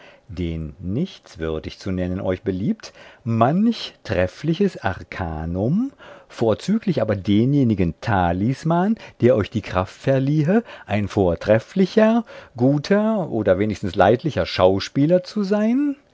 den nichtswürdig zu nennen euch beliebt manch treffliches arkanum vorzüglich aber denjenigen talisman der euch die kraft verliehe ein vortrefflicher guter oder wenigstens leidlicher schauspieler zu sein